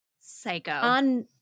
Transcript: Psycho